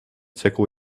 segu